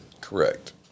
Correct